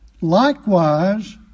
Likewise